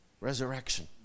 resurrection